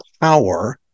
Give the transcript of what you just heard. power